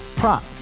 prop